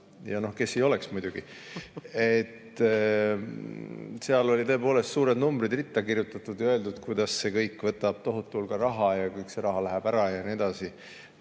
lugu. Kes ei oleks muidugi. Seal olid tõepoolest suured numbreid ritta kirjutatud ja öeldud, kuidas see kõik võtab tohutu hulga raha ja kõik see raha läheb ära ja nii edasi.